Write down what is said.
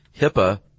HIPAA